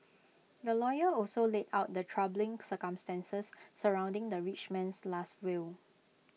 the lawyer also laid out the troubling circumstances surrounding the rich man's Last Will